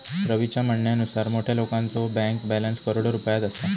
रवीच्या म्हणण्यानुसार मोठ्या लोकांचो बँक बॅलन्स करोडो रुपयात असा